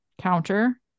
counter